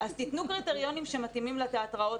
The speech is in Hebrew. אז תנו קריטריונים שמתאימים לתיאטראות